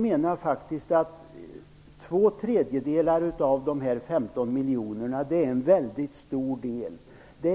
menar att två tredjedelar av de 15 miljonerna är en mycket stor andel.